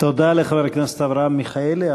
תודה לחבר הכנסת אברהם מיכאלי.